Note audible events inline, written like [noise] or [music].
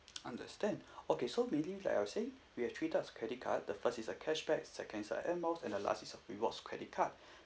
understand [breath] okay so maybe like I say we have three types of credit card the first is a cashback second is a air miles and the last is a rewards credit card [breath]